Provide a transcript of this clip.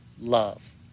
love